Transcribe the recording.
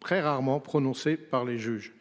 très rarement prononcées par les juges